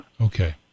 Okay